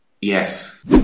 yes